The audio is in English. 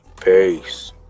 Peace